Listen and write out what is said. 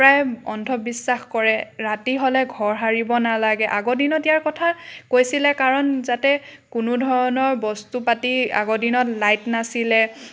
প্ৰায় অন্ধবিশ্বাস কৰে ৰাতি হ'লে ঘৰ সাৰিব নালাগে আগৰ দিনত ইয়াৰ কথা কৈছিলে কাৰণ যাতে কোনো ধৰণৰ বস্তু পাতি আগৰ দিনত লাইট নাছিলে